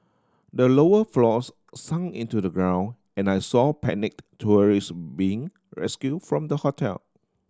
the lower floors sunk into the ground and I saw panicked tourists being rescued from the hotel